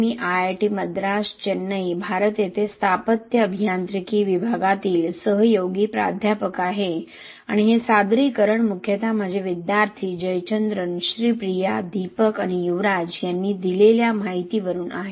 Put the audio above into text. मी IIT Madras Chennai Bharat येथे स्थापत्य अभियांत्रिकी विभागातील सहयोगी प्राध्यापक आहे आणि हे सादरीकरण मुख्यतः माझे विद्यार्थी जयचंद्रन श्रीप्रिया दीपक आणि युवराज यांनी दिलेल्या माहिती वरून आहे